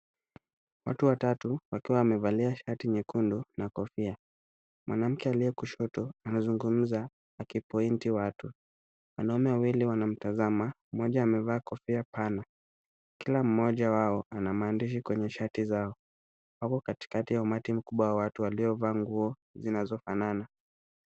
Watu watatu wakiwa wamevalia shati nyekundu na kofia. Mwanamke aliye kushoto anazungumza akipoint watu. Wanaume wawili wanamtazama, mmoja amevaa kofia pana. Kila mmoja wao ana maandishi kwenye shati zao. Wako katikati ya umati mkubwa wa watu waliovaa nguo zinazofanana.